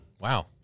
Wow